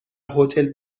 هتل